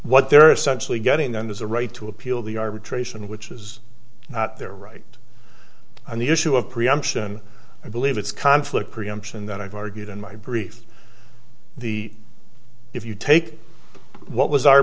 what they're essentially getting there's a right to appeal the arbitration which is not their right on the issue of preemption i believe it's conflict preemption that i've argued in my brief the if you take what was